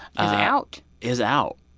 ah out. is out.